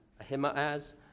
Ahimaaz